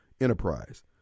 enterprise